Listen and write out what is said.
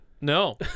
No